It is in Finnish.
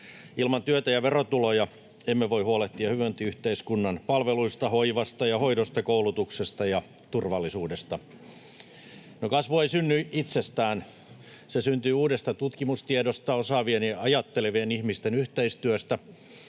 Ilman työtä ja verotuloja emme voi huolehtia hyvinvointiyhteiskunnan palveluista: hoivasta ja hoidosta, koulutuksesta ja turvallisuudesta. No, kasvu ei synny itsestään. Se syntyy uudesta tutkimustiedosta, osaavien ja ajattelevien ihmisten yhteistyöstä